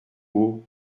haut